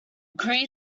agree